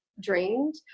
drained